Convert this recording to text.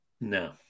No